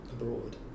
abroad